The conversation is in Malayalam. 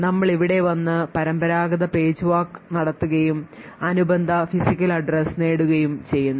നമ്മൾ ഇവിടെ വന്ന് പരമ്പരാഗത പേജ് table walk നടത്തുകയും അനുബന്ധ physical address നേടുകയും ചെയ്യുന്നു